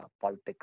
politics